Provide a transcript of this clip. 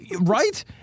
Right